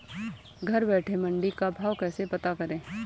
घर बैठे मंडी का भाव कैसे पता करें?